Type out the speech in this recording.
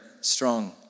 strong